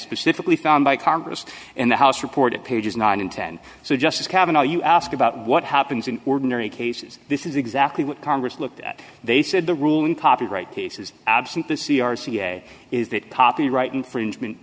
specifically found by congress and the house reported pages nine and ten so just as cavanagh you ask about what happens in ordinary cases this is exactly what congress looked at they said the rule in copyright cases absent the c r c say is that copyright infringement